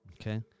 Okay